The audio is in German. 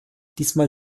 diesmal